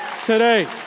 today